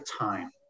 time